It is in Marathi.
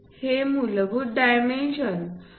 हे मूलभूत डायमेन्शन 2